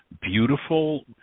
beautiful